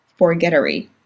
forgettery